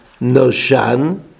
noshan